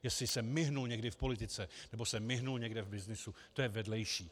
Jestli se mihl někdy v politice nebo se mihl někde v byznysu, to je vedlejší.